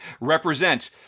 represent